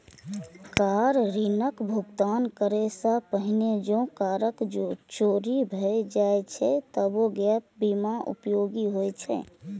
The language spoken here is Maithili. कार ऋणक भुगतान करै सं पहिने जौं कार चोरी भए जाए छै, तबो गैप बीमा उपयोगी होइ छै